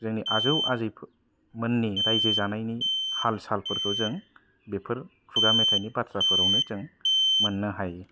जोंनि आजै आजौ मोननि रायजो जानायनि हाल साल फोरखौ जों बेफोर खुगा मेथाइनि बाथ्रा फोरावनो जों मोननो हायो